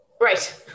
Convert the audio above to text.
Right